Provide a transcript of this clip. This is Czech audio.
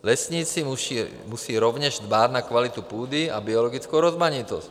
Lesníci musí rovněž dbát na kvalitu půdy a biologickou rozmanitost.